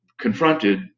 confronted